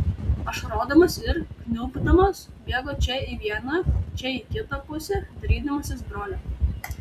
ašarodamas ir kniubdamas bėgo čia į vieną čia į kitą pusę dairydamasis brolio